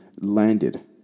landed